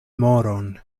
moron